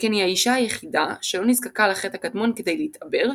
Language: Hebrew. שכן היא האישה היחידה שלא נזקקה לחטא הקדמון כדי להתעבר,